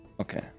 Okay